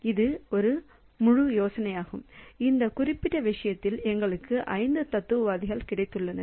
இது முழு யோசனையாகும் இந்த குறிப்பிட்ட விஷயத்தில் எங்களுக்கு 5 தத்துவவாதிகள் கிடைத்துள்ளனர்